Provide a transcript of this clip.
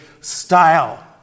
style